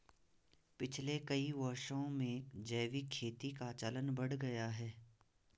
पिछले कई वर्षों में जैविक खेती का चलन बढ़ गया है